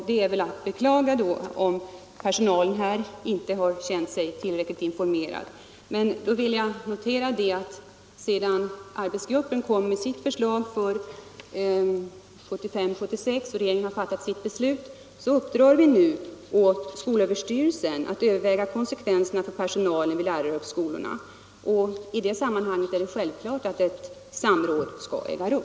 Det är att beklaga om personalen inte har känt sig tillräckligt informerad. Men jag vill notera att när arbetsgruppen nu har lagt fram sitt förslag för 1975/76 och regeringen har fattat sitt beslut uppdrar vi åt SÖ att överväga konsekvenserna för personalen vid lärarhögskolorna. I det sammanhanget är det självklart att ett samråd skall äga rum.